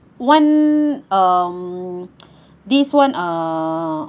one um this [one] uh